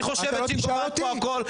היא חושבת שהיא יודעת פה הכל,